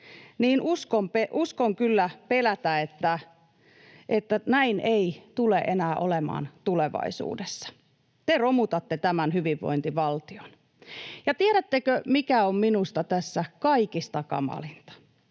niin uskon kyllä ja pelkään, että näin ei tule olemaan enää tulevaisuudessa. Te romutatte tämän hyvinvointivaltion. Ja tiedättekö, mikä on minusta tässä kaikista kamalinta?